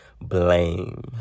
blame